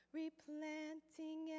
replanting